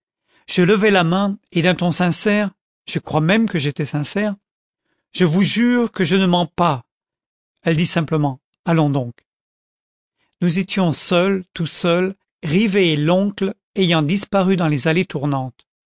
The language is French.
je levai la main et d'un ton sincère je crois même que j'étais sincère je vous jure que je ne mens pas elle dit simplement allons donc nous étions seuls tout seuls rivet et l'oncle ayant disparu dans les allées tournantes